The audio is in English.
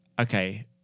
okay